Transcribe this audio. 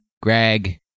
Greg